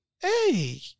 Hey